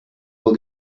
will